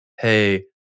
hey